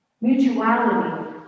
mutuality